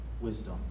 wisdom